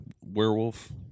werewolf